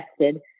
tested